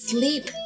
Sleep